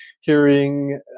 hearing